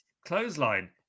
clothesline